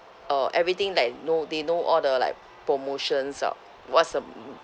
uh everything like know they know all the like promotions are what's the